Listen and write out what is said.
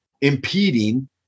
impeding